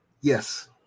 yes